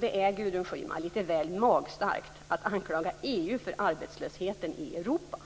Det är, Gudrun Schyman, litet väl magstarkt att anklaga EU för arbetslösheten i Europa.